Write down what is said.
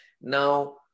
Now